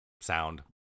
sound